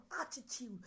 attitude